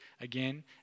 again